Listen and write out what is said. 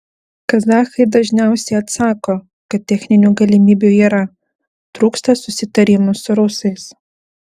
kazachai dažniausiai atsako kad techninių galimybių yra trūksta susitarimų su rusais